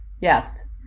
yes